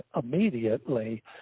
immediately